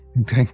Okay